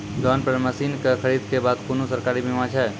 Loan पर मसीनऽक खरीद के बाद कुनू सरकारी बीमा छै?